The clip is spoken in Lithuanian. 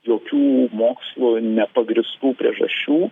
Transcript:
jokių mokslu nepagrįstų priežasčių